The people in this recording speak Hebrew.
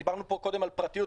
דיברנו פה קודם על פרטיות,